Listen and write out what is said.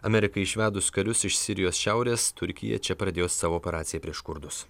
amerikai išvedus karius iš sirijos šiaurės turkiją čia pradėjo savo operaciją prieš kurdus